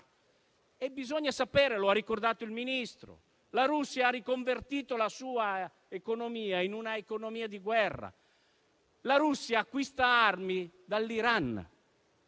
Bisogna sapere, come ha ricordato il Ministro, che la Russia ha riconvertito la sua economia in una economia di guerra. La Russia acquista armi dall'Iran.